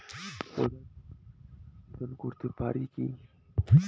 প্রধানমন্ত্রী যোজনাতে আবেদন করতে পারি কি?